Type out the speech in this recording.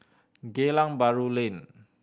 Geylang Bahru Lane